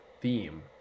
theme